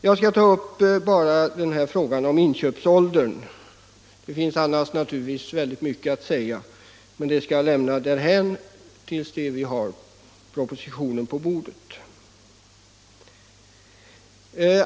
Jag skall bara ta upp frågan om inköpsåldern. Det finns annars mycket att säga, men det skall jag lämna därhän tills vi har propositionen på bordet.